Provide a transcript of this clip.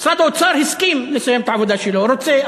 משרד האוצר הסכים לסיים את העבודה שלו, רוצה.